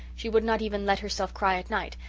she would not even let herself cry at night,